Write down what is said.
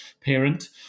parent